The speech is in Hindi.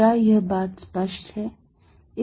क्या यह बात स्पष्ट है